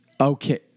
Okay